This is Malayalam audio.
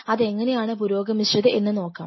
അത് എങ്ങനെയാണ് പുരോഗമിച്ചത് എന്ന് നോക്കാം